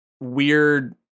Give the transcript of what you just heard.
weird